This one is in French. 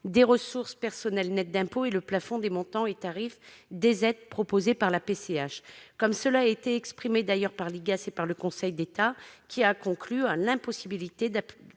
des ressources personnelles nettes d'impôt et le plafond des montants et tarifs des aides proposées par la PCH. Cela a d'ailleurs été exprimé par l'IGAS et par le Conseil d'État, qui a conclu à l'impossibilité d'appliquer